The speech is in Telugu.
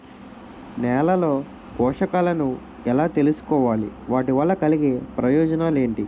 నేలలో పోషకాలను ఎలా తెలుసుకోవాలి? వాటి వల్ల కలిగే ప్రయోజనాలు ఏంటి?